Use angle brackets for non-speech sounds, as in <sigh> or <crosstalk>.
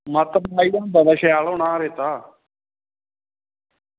मत <unintelligible> शैल होना रेता